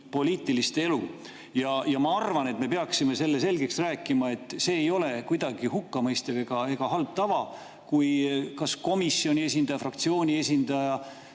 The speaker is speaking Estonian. poliitilist elu. Ma arvan, et me peaksime selle selgeks rääkima, et see ei ole kuidagi hukkamõistetav ega halb tava, kui kas komisjoni esindaja või fraktsiooni esindaja